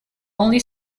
only